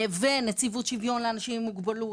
ונציבות שוויון לאנשים עם מוגבלות,